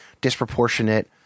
disproportionate